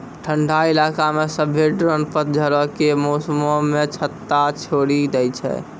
ठंडा इलाका मे सभ्भे ड्रोन पतझड़ो के मौसमो मे छत्ता छोड़ि दै छै